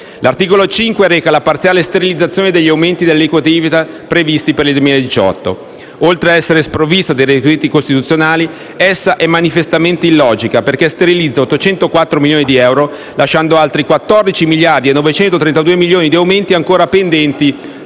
L'articolo 5 reca la parziale sterilizzazione degli aumenti delle aliquote IVA previsti per il 2018. Oltre ad essere sprovvista dei requisiti costituzionali essa è manifestamente illogica perché "sterilizza" 804 milioni di euro, lasciando altri 14.932 milioni di aumenti ancora pendenti